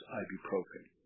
ibuprofen